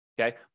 Okay